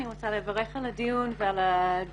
אני רוצה לברך על הדיון ועל הדוח